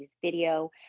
video